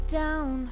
down